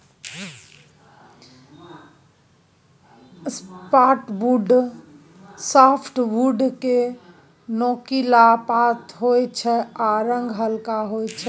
softwood केँ नोकीला पात होइ छै आ रंग हल्का होइ छै